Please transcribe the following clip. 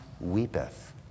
weepeth